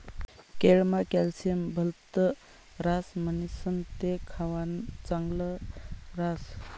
केळमा कॅल्शियम भलत ह्रास म्हणीसण ते खावानं चांगल ह्रास